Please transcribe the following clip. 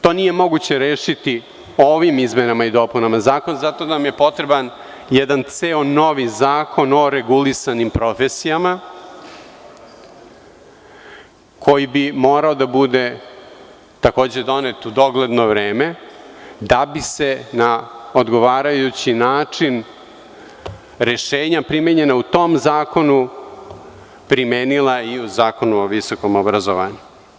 To nije moguće rešiti ovim izmenama i dopunama Zakona, zato nam je potreban jedan ceo novi zakon o regulisanim profesijama, koji bi morao da bude takođe donet u dogledno vreme da bi se na odgovarajući način rešenja primenjena u tom zakonu primenila i u Zakonu o visokom obrazovanju.